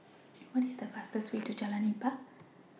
What IS The fastest Way to Jalan Nipah